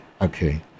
Okay